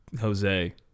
Jose